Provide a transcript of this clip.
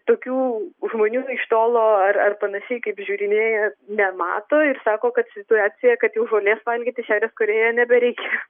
tokių žmonių iš tolo ar panašiai kaip žiūrinėja nemato ir sako kad situacija kad žolės valgyti šiaurės korėjoj nebereikia